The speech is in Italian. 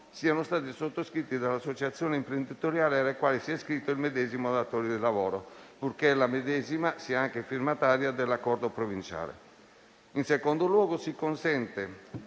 siano stati sottoscritti dall'associazione imprenditoriale alla quale sia iscritto il medesimo datore di lavoro, purché la medesima sia anche firmataria dell'accordo provinciale. In secondo luogo, si consente